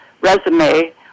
resume